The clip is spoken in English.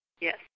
Yes